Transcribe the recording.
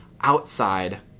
outside